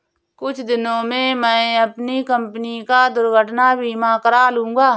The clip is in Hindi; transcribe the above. कुछ दिनों में मैं अपनी कंपनी का दुर्घटना बीमा करा लूंगा